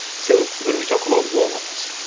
so when we talk about wallets,